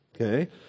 okay